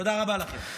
תודה רבה לכם.